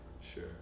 Sure